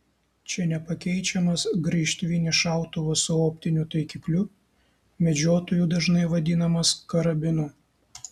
čia nepakeičiamas graižtvinis šautuvas su optiniu taikikliu medžiotojų dažnai vadinamas karabinu